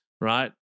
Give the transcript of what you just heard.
right